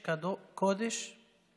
עוברים מדי יום כ-13,000 פלסטינים בדרכם לעבוד